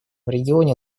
регионе